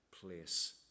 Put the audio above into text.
place